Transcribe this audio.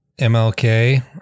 MLK